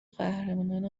قهرمانان